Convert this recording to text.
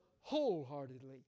wholeheartedly